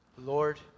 Lord